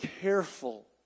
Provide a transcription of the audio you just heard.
careful